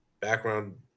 background